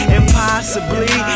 impossibly